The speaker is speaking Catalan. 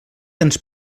ens